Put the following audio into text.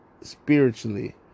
spiritually